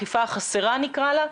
האכיפה החסרה נקרא לה,